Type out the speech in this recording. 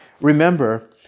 Remember